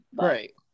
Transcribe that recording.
right